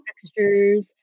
textures